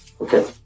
Okay